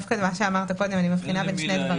מה שאמרת קודם, אני מבחינה בין שני דברים.